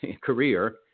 career